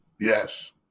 Yes